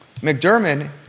McDermott